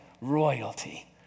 royalty